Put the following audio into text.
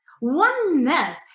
Oneness